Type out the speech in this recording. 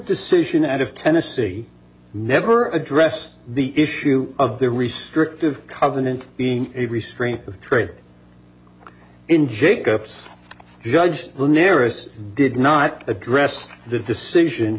decision out of tennessee never addressed the issue of the restrictive covenant being a restraint of trade in jacobs judged the naris did not address the decision